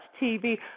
tv